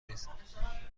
ریزم